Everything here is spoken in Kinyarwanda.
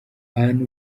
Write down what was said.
ahubwo